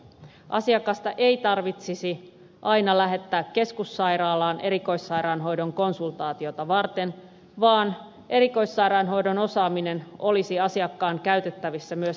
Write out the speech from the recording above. asiakasta ei tarvitsisi aina lähettää keskussairaalaan erikoissairaanhoidon konsultaatiota varten vaan erikoissairaanhoidon osaaminen olisi asiakkaan käytettävissä myös terveyskeskuksissa